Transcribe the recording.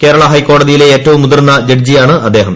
കേരള ഹൈക്കോടതിയിലെ ഏറ്റവും മുതിർന്ന ജഡ്ജിയാണ് അദ്ദേഹം